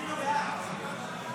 לוועדת החוקה,